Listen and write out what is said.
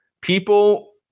People